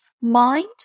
mind